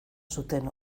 zuten